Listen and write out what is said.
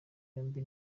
yombi